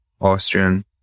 Austrian